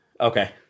Okay